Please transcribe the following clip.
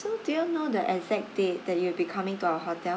so do you know the exact date that you'll be coming to our hotel